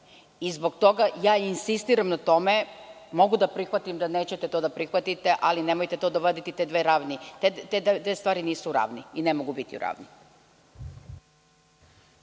i zbog toga ja insistiram na tome. Mogu da prihvatim da nećete to da prihvatite, ali nemojte dovoditi u dve ravni. Te dve stvari nisu u ravni i ne mogu biti u ravni.